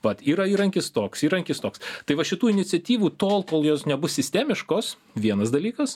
vat yra įrankis toks įrankis toks tai va šitų iniciatyvų tol kol jos nebus sistemiškos vienas dalykas